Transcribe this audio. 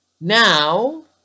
Now